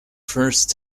first